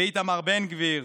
איתמר בן גביר,